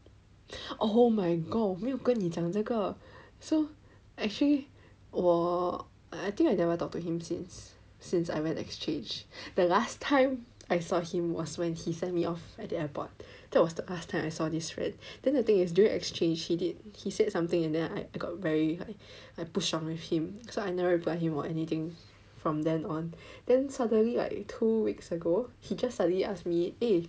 oh my god 我没有跟你讲这个 so actually 我 I think I never talk to him since since I went exchange the last time I saw him was when he sent me off at the airport that was the last time I saw this friend then the thing is during exchange he did he said something and then I got very 不爽 with him so I never reply him or anything from then on then suddenly like two weeks ago he just suddenly ask me eh